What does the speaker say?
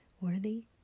worthy